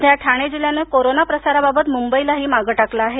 सध्या ठाणे जिल्ह्यानं कोरोना प्रसाराबाबत मुंबईलाही मागे टाकलं आहे